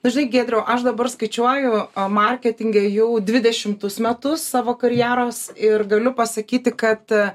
nu žinai giedriau aš dabar skaičiuoju a marketinge jau dvidešimtus metus savo karjeros ir galiu pasakyti kad